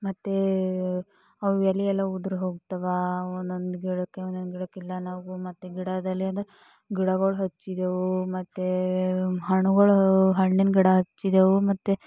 ಮತ್ತೆ ಅವು ಎಲೆಯೆಲ್ಲ ಉದುರಿ ಹೋಗ್ತಾವೆ ಒಂದೊಂದು ಗಿಡಕ್ಕೆ ಒಂದೊಂದು ಗಿಡಕ್ಕೆ ಇಲ್ಲ ನಾವು ಮತ್ತೆ ಗಿಡ ಬೆಳೆಯೋದು ಗಿಡಗಳು ಹಚ್ಚಿದ್ದೆವು ಮತ್ತೆ ಹಣ್ಣುಗಳು ಹಣ್ಣಿನ ಗಿಡ ಹಚ್ಚಿದ್ದೆವು ಮತ್ತೆ